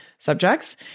subjects